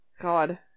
God